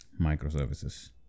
microservices